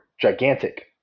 gigantic